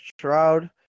Shroud